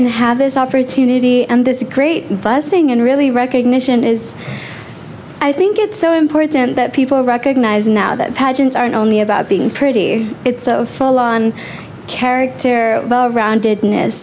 and have this opportunity and this great blessing and really recognition is i think it's so important that people recognize now that pageants aren't only about being pretty it's a full on character well rounded news